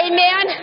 Amen